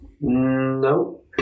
No